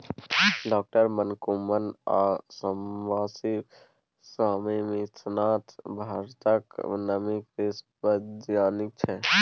डॉ मनकुंबन आ सामसिब स्वामीनाथन भारतक नामी कृषि बैज्ञानिक छै